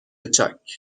چاک